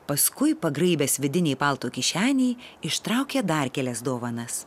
paskui pagraibęs vidinėj palto kišenėj ištraukė dar kelias dovanas